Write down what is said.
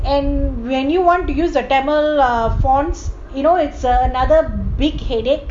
and when you want to use the tamil fonts you know it's a another big headache